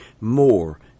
more